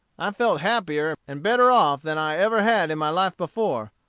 i felt happier and better off than i ever had in my life before,